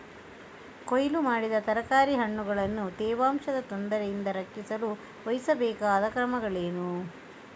ಕೊಯ್ಲು ಮಾಡಿದ ತರಕಾರಿ ಹಣ್ಣುಗಳನ್ನು ತೇವಾಂಶದ ತೊಂದರೆಯಿಂದ ರಕ್ಷಿಸಲು ವಹಿಸಬೇಕಾದ ಕ್ರಮಗಳೇನು?